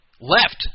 left